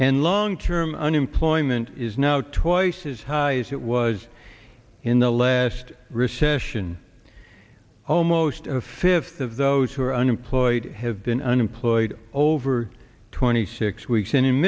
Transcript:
and long term unemployment is now twice as high as it was in the last recession almost a fifth of those who are unemployed have been unemployed over twenty six weeks in